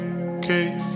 okay